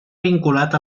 vinculat